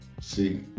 See